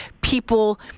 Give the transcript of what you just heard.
people